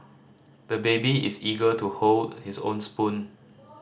the baby is eager to hold his own spoon